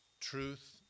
truth